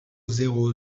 zéro